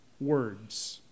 words